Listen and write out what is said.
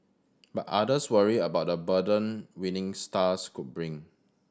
but others worry about the burden winning stars could bring